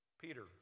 Peter